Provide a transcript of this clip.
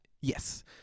yes